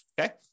Okay